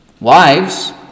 Wives